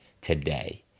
today